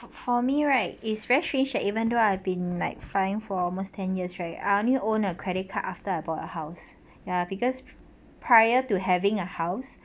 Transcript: for me right is very strange that even though I've been like flying for almost ten years right I only own a a credit card after I bought a house ya because prior to having a house